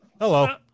Hello